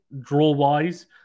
draw-wise